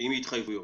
עם התחייבויות.